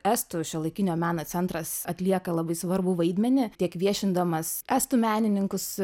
estų šiuolaikinio meno centras atlieka labai svarbų vaidmenį tiek viešindamas estų menininkus